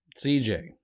CJ